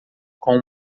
com